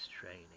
training